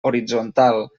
horitzontal